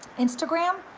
instagram.